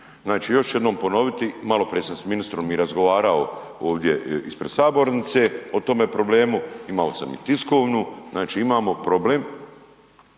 Znači još ću jednom ponoviti, maloprije sam s ministrom razgovarao ovdje ispred sabornice o tome problemu, imao sam i tiskovnu, znači imamo problem